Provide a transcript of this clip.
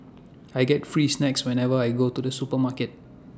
I get free snacks whenever I go to the supermarket